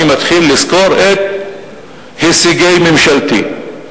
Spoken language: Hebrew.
אני מתחיל לסקור את הישגי ממשלתי.